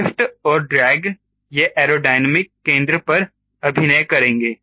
lift और drag वे aerodynamic केंद्र पर अभिनय करेंगे